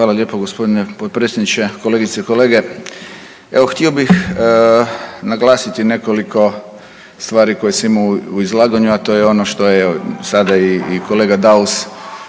Hvala lijepo gospodine potpredsjedniče, kolegice i kolege, evo htio bi naglasiti nekoliko stvari koje sam imao u izlaganju a to je ono što je i sada kolega Daus